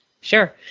Sure